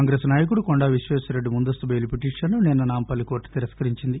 కాంగ్రెస్ నాయకుడు కొండా విశ్వేశ్వరరెడ్డి ముందస్తు బెయిల్ పిటీషన్ను నిన్స నాంపల్లి కోర్టు తిరస్కరించింది